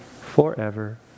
forever